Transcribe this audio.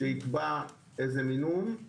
שיקבע איזה מינון,